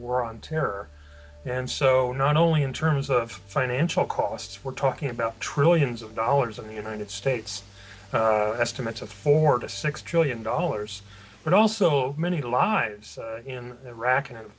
war on terror and so not only in terms of financial costs we're talking about trillions of dollars in the united states estimates of four to six trillion dollars but also many lives in iraq and